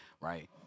right